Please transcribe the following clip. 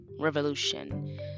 revolution